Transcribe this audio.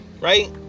right